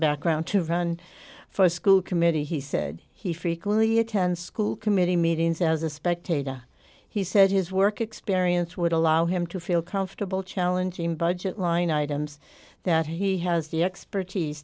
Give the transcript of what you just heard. background to run for a school committee he said he frequently attends school committee meetings as a spectator he said his work experience would allow him to feel comfortable challenging budget line items that he has the expertise